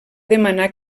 demanar